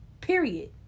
Period